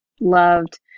loved